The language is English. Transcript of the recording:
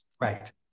Right